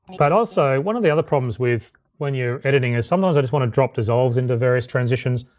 but also one of the other problems with when you're editing is sometimes i just wanna drop dissolves into various transitions,